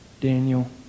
Daniel